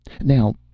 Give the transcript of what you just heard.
Now